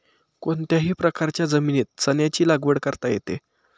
कोणत्याही प्रकारच्या जमिनीत चण्याची लागवड करता येते